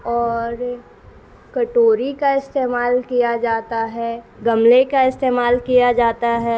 اور کٹوری کا استعمال کیا جاتا ہے گملے کا استعمال کیا جاتا ہے